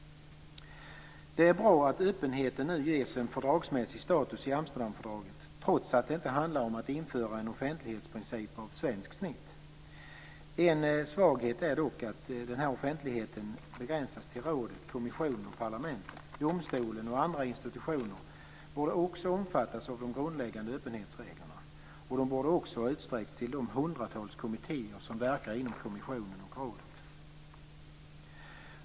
Det är bra att öppenheten nu ges en fördragsmässig status i Amsterdamfördraget, trots att det inte handlar om att införa en offentlighetsprincip av svenskt snitt. En svaghet är dock att denna offentlighet begränsas till rådet, kommissionen och parlamentet. Domstolen och andra institutioner borde också omfattas av de grundläggande öppenhetsreglerna. De borde också ha utsträckts till de hundratals kommittéer som verkar inom kommissionen och rådet.